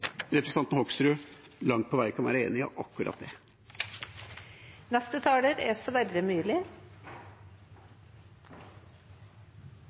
representanten Hoksrud langt på vei kan være enig i akkurat det.